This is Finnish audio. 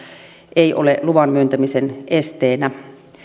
ei ole luvan myöntämisen esteenä